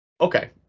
Okay